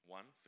One